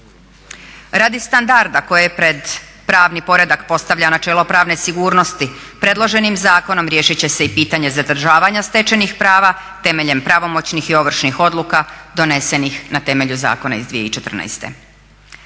Radi standarda koje pred pravni poredak postavlja načelo pravne sigurnosti predloženim zakonom riješit će se i pitanje zadržavanja stečenih prava temeljem pravomoćnih i ovršnih odluka doneseni na temelju zakona iz 2014.